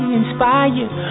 inspired